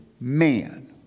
man